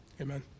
Amen